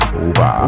over